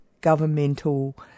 governmental